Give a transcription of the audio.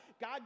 God